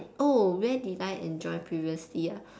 where did I enjoy previously